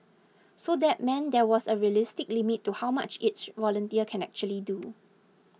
so that meant there was a realistic limit to how much each volunteer can actually do